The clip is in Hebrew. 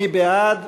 מי בעד?